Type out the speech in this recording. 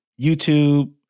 YouTube